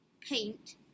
paint